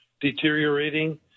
deteriorating